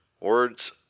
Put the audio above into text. Words